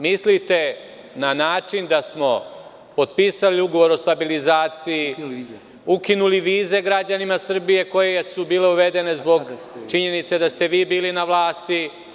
Mislite na način da smo potpisali Ugovor o stabilizaciji, ukinuli vize građanima Srbije koje su bile uvedene zbog činjenice da ste vi bili na vlasti.